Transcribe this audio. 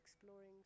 exploring